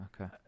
Okay